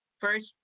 first